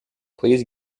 please